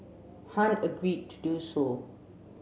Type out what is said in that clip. Han agreed to do so